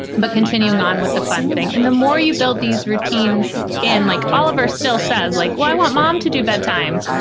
but continuing on with the fun thing and the more you build these routines in, like oliver still says, like, wow, i want mom to do bedtime.